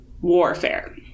warfare